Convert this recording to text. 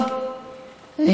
שבירך על החוק,